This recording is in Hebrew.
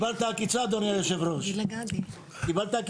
עם כל